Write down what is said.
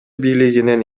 бийлигинен